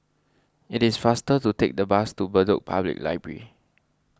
it is faster to take the bus to Bedok Public Library